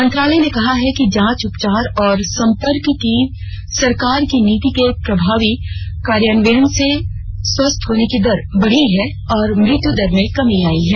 मंत्रालय ने कहा है कि जांच उपचार और संपर्क की सरकार की नीति के प्रभावी कार्यान्वयन से स्वस्थ होने की दर बढी है और मृत्य दर में कमी आई है